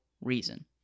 reason